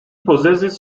possesses